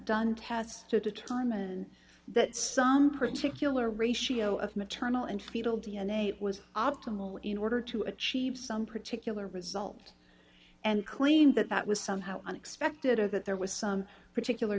done tests to determine that some particular ratio of maternal and fetal d n a was optimal in order to achieve some particular result and claim that that was somehow unexpected or that there was some particular